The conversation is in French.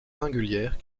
singulières